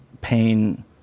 pain